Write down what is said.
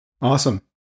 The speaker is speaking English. awesome